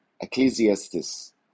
Ecclesiastes